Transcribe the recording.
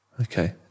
okay